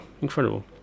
incredible